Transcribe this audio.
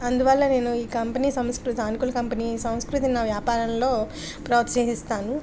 అందువల్ల నేను ఈ కంపెనీ సంస్కృతి సానుకూల కంపెనీ సంస్కృతి నా వ్యాపారంలో ప్రోత్సహిస్తాను